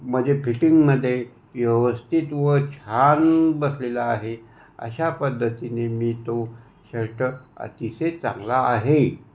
म्हणजे फिटिंगमधे व्यवस्थित व छान बसलेला आहे अशा पद्धतीने मी तो शर्ट अतिशय चांगला आहे